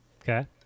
Okay